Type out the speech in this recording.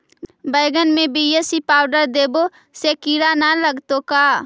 बैगन में BAC powder देबे से किड़ा न लगतै का?